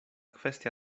kwestia